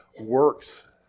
works